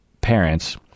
parents